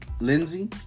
Lindsey